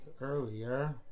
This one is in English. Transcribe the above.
earlier